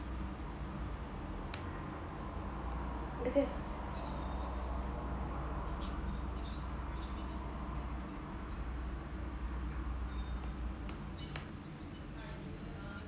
because